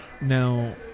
Now